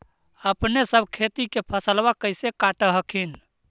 अपने सब खेती के फसलबा कैसे काट हखिन?